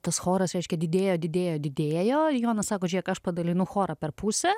tas choras reiškia didėjo didėjo didėjo jonas sako žiūrėk aš padalinu chorą per pusę